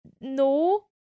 no